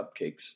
cupcakes